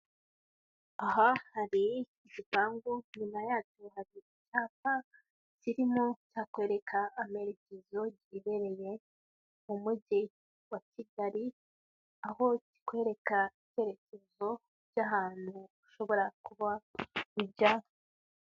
Aha hari igipangu, nyuma yacyo hari icyapa kirimo kirakwereka amerekezo girereye mu mujyi wa Kigali, aho kikwereka ibyerekezo by'ahantu ushobora kuba wajya.